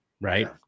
right